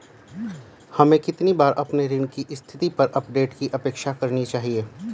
हमें कितनी बार अपने ऋण की स्थिति पर अपडेट की अपेक्षा करनी चाहिए?